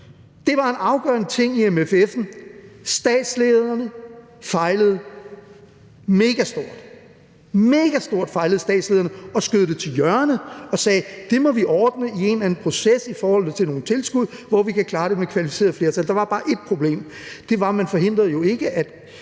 Det var en afgørende ting i MFF'en, at statslederne fejlede megastort: Megastort fejlede statslederne og skød det til hjørne og sagde: Det må vi ordne i en eller anden proces i forhold til nogle tilskud, hvor vi kan klare det med et kvalificeret flertal. Der var bare et problem, og det var, at man jo ikke